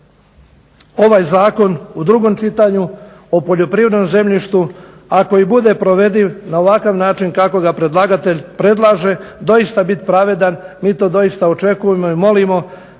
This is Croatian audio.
ovaj zakon u drugom čitanju o poljoprivrednom zemljištu ako i bude provediv na ovakav način kako ga predlagatelj predlaže doista biti pravedan. Mi to doista očekujemo i molimo